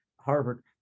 Harvard